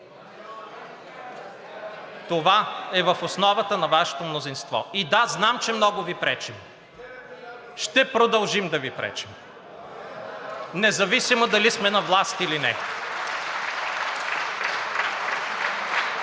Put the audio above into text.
Това е в основата на Вашето мнозинство. И да, знам, че много Ви пречим. Ще продължим да Ви пречим, независимо дали сме на власт или не.